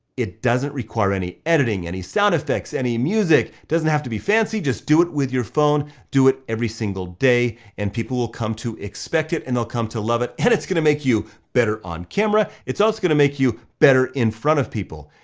it doesn't require any editing, any sound effects, any music, doesn't have to be fancy, just do it with your phone, do it every single day, and people will come to expect it, and they'll come to love it, and it's gonna make you better on camera, it's also gonna make you better in front of people.